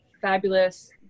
fabulous